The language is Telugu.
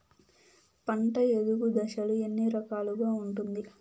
పంట ఎదుగు దశలు ఎన్ని రకాలుగా ఉంటుంది?